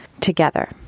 together